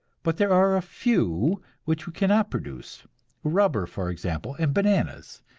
but there are a few which we cannot produce rubber, for example, and bananas,